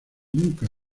nunca